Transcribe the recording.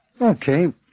Okay